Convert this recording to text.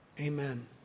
amen